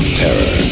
terror